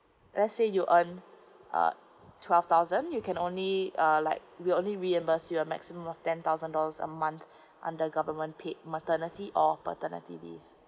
let's say you earn uh twelve thousand you can only uh like we only reimburse you a maximum of ten thousand dollars a month under government paid maternity or paternity leave